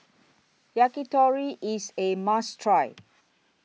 Yakitori IS A must Try